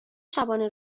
شبانه